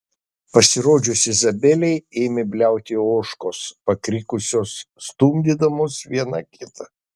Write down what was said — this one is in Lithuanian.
pasirodžius izabelei ėmė bliauti ožkos pakrikusios stumdydamos viena kitą